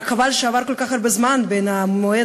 רק חבל שעבר כל כך הרבה זמן בין המועד